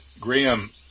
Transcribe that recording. Graham